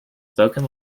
spoken